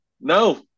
No